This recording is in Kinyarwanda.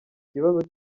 ikibazo